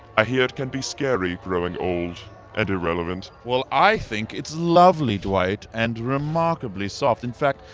i hear it can be scary growing old and irrelevant. well i think it's lovely, dwight. and remarkably soft. in fact,